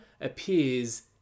appears